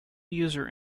user